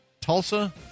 Tulsa